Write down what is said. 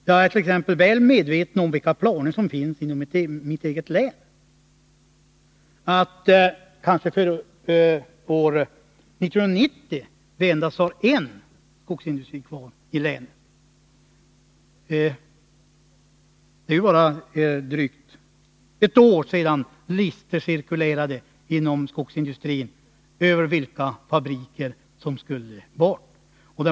Jag är t.ex. väl medveten om vilka planer som finns inom mitt eget län — att kanske före år 1990 ha endast en skogsindustri kvar i länet. Det är bara drygt ett år sedan listor cirkulerade inom skogsindustrin över vilka fabriker som skulle bort.